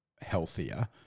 healthier